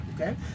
Okay